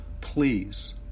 please